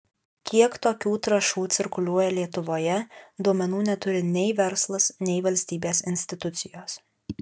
kiek tokių trąšų cirkuliuoja lietuvoje duomenų neturi nei verslas nei valstybės institucijos